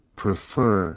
prefer